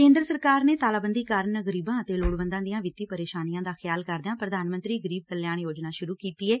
ਕੇਂਦਰ ਸਰਕਾਰ ਨੇ ਤਾਲਾਬੰਦੀ ਕਾਰਨ ਗਰੀਬਾਂ ਅਤੇ ਲੋੜਵੰਦਾਂ ਦੀਆਂ ਵਿੱਤੀ ਪ੍ਰੇਸ਼ਾਨੀਆਂ ਦਾ ਖਿਆਲ ਕਰਦਿਆਂ ਪ੍ਰਧਾਨ ਮੰਤਰੀ ਗਰੀਬ ਕਲਿਆਣ ਯੋਜਨਾ ਸੂਰੁ ਕੀਤੀ ਐ